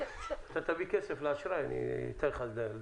אם תביא כסף לאשראי אתן לך לדבר.